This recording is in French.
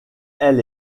elle